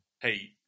Hey